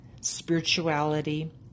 spirituality